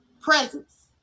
presence